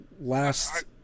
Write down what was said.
last